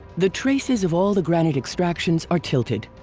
the traces of all the granite extractions are tilted.